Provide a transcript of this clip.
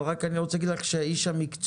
אבל רק אני רוצה להגיד לך שאיש המקצוע